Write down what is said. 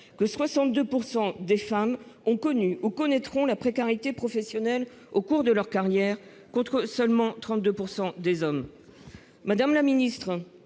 62 % des femmes aient connu ou connaîtront la précarité professionnelle au cours de leur carrière contre seulement 32 % des hommes.